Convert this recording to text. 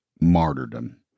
martyrdom